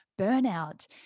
burnout